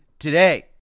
today